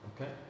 okay